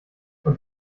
und